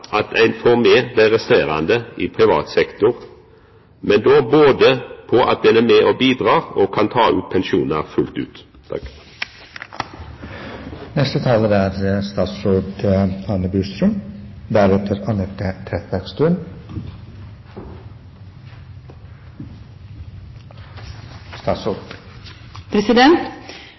at ein får med dei resterande i privat sektor, men då ved at ein både er med og bidreg og kan ta ut pensjonar fullt ut.